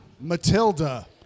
Matilda